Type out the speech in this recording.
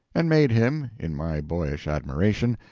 and made him, in my boyish admiration,